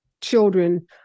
children